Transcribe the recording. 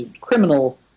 criminal